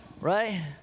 right